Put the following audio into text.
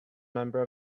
member